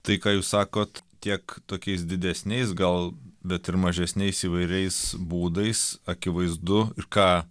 tai ką jūs sakot tiek tokiais didesniais gal bet ir mažesniais įvairiais būdais akivaizdu ir ką